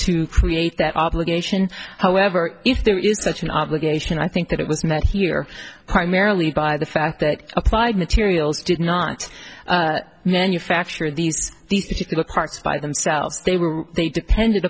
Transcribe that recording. to create that obligation however if there is such an obligation i think that it was met here primarily by the fact that applied materials did not menu factor in these particular parts by themselves they were they depended